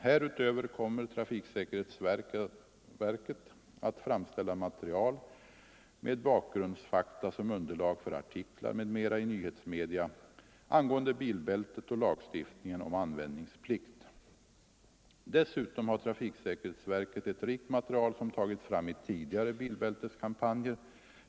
Härutöver kommer trafiksäkerhetsverket att framställa material med bakgrundsfakta som underlag för artiklar m.m. i nyhetsmedia angående bilbältet och lagstiftningen om användningsplikt. Dessutom har trafiksäkerhetsverket ett rikt material som tagits fram i tidigare bilbälteskampanjer.